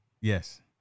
Yes